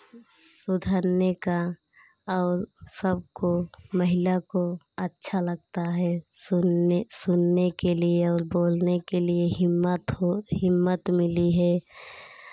सुधरने का और सबको महिला को अच्छा लगता है सुनने सुनने के लिए और बोलने के लिए हिम्मत हो हिम्मत मिली है